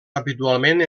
habitualment